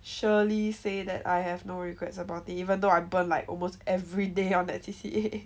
surely say that I have no regrets about it even though I burn like almost every day on that C_C_A